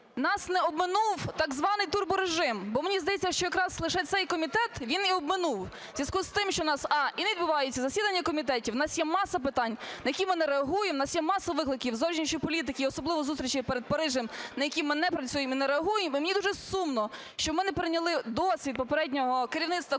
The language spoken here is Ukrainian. нас не обминув так званий "турборежим". Бо мені здається, що якраз лише цей комітет він і обминув. В зв'язку з тим, що у нас: а) і не відбуваються засідання комітету, у нас є маса питань, на які ми не реагуємо, у нас є маса викликів зовнішньої політики, і особливо зустрічей перед Парижем, на які ми не працюємо і не реагуємо. І мені дуже сумно, що ми не перейняли досвід попереднього керівництва комітету